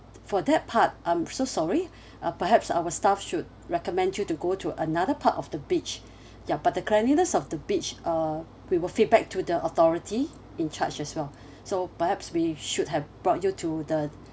for that part I'm so sorry uh perhaps our staff should recommend you to go to another part of the beach ya but the cleanliness of the beach uh we will feedback to the authority in charge as well so perhaps we should have brought you to the